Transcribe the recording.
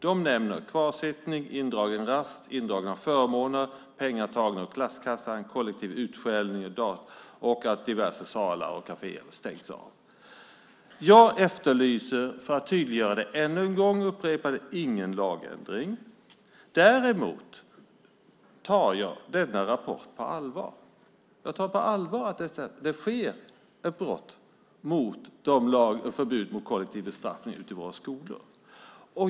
De nämnde kvarsittning, indragen rast, indragna förmåner, att pengar togs ur klasskassan, kollektiv utskällning och att diverse salar och kaféer stängts av. Jag efterlyser, för att tydliggöra det ännu en gång, ingen lagändring. Däremot tar jag denna rapport på allvar. Jag tar på allvar att det sker ett brott mot förbudet mot kollektiv bestraffning ute i våra skolor.